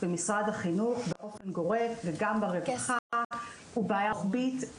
במשרד החינוך באופן גורף וגם ברווחה הוא בעיה רוחבית,